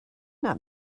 not